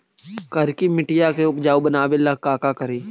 करिकी मिट्टियां के उपजाऊ बनावे ला का करी?